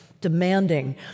demanding